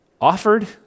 offered